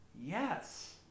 Yes